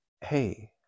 hey